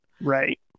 right